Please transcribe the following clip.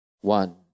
one